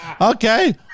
okay